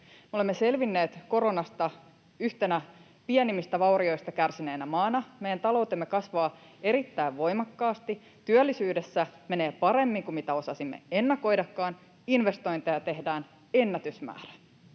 olemme selvinneet koronasta yhtenä pienimpiä vaurioita kärsineenä maana. Meidän taloutemme kasvaa erittäin voimakkaasti. Työllisyydessä menee paremmin kuin mitä osasimme ennakoidakaan. Investointeja tehdään ennätysmäärä.